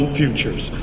futures